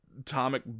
atomic